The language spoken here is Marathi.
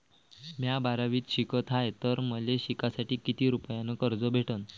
म्या बारावीत शिकत हाय तर मले शिकासाठी किती रुपयान कर्ज भेटन?